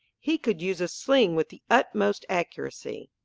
he could use a sling with the utmost accuracy.